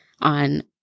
on